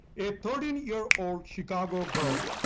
a thirteen year old chicago girl,